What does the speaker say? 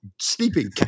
sleeping